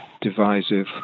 divisive